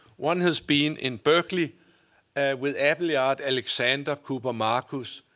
one has been in berkeley with appleyard, alexander, cooper marcus,